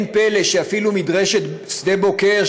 אין פלא שאפילו מדרשת שדה בוקר,